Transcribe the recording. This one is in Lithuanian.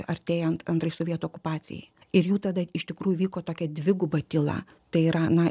artėjant antrai sovietų okupacijai ir jų tada iš tikrųjų vyko tokia dviguba tyla tai yra na